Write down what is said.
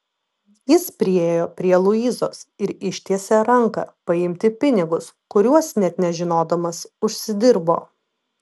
jis priėjo prie luizos ir ištiesė ranką paimti pinigus kuriuos net nežinodamas užsidirbo